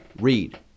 Read